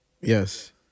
Yes